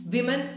Women